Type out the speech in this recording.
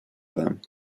them